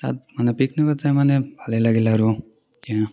তাত মানে পিকনিকত যায় মানে ভালেই লাগিলে আৰু